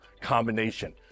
combination